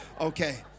Okay